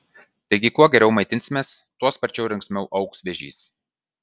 taigi kuo geriau maitinsimės tuo sparčiau ir linksmiau augs vėžys